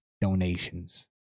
Donations